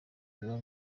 biba